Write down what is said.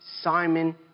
Simon